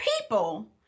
people